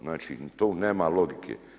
Znači tu nema logike.